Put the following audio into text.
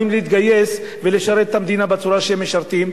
להתגייס ולשרת את המדינה בצורה שהם משרתים.